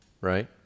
right